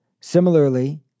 Similarly